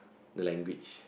the language